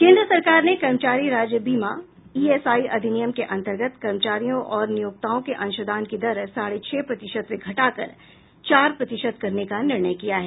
केन्द्र सरकार ने कर्मचारी राज्य बीमा ईएसआई अधिनियम के अंतर्गत कर्मचारियों और नियोक्ताओं के अंशदान की दर साढ़े छह प्रतिशत से घटाकर चार प्रतिशत करने का निर्णय किया है